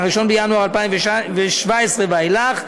1 בינואר 2017 ואילך,